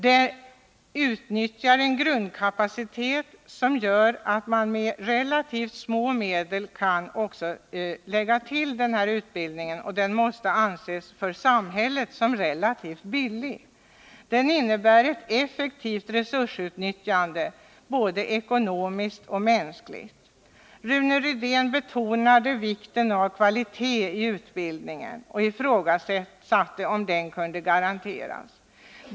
Detta gör att man med relativt små medel kan lägga till denna utbildning, och den blir därför relativt billig för samhället. Det innebär ett effektivt resursutnyttjande, både ekonomiskt och mänskligt. Rune Rydén betonade vikten av kvalitet i utbildningen, och han ifrågasatte om kvaliteten kunde garanteras.